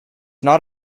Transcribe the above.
not